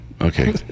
Okay